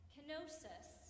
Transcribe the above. Kenosis